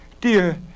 Dear